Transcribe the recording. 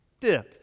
Fifth